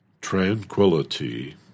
tranquility